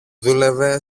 δούλευε